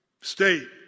state